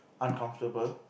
uncomfortable